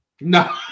No